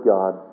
God